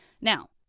Now